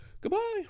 Goodbye